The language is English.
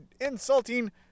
insulting